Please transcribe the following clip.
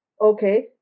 Okay